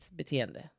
beteende